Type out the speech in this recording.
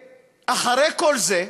ואחרי כל זה,